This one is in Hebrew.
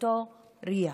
אותו ריח.